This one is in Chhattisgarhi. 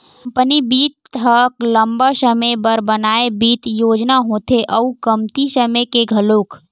कंपनी बित्त ह लंबा समे बर बनाए बित्त योजना होथे अउ कमती समे के घलोक